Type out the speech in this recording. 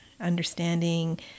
understanding